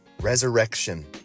resurrection